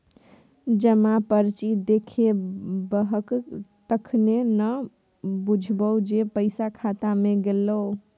जमा पर्ची देखेबहक तखने न बुझबौ जे पैसा खाता मे गेलौ